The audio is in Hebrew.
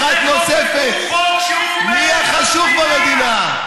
הוכחתם פעם אחת נוספת מי החשוך במדינה.